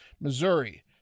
missouri